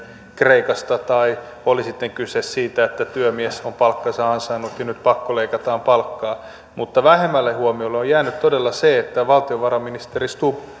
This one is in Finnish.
kreikasta tai oli sitten kyse siitä että työmies on palkkansa ansainnut ja nyt pakkoleikataan palkkaa mutta vähemmälle huomiolle on jäänyt todella se että valtiovarainministeri stubb